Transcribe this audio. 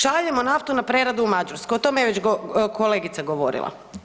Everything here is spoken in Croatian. Šaljemo naftu na preradu u Mađarsku, o tome je već kolegica govorila.